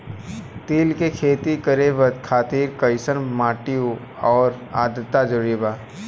तिल के खेती करे खातिर कइसन माटी आउर आद्रता जरूरी बा?